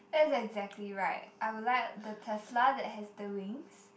that's exactly right I would like the Tesla that has the wings